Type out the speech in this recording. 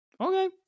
Okay